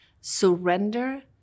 surrender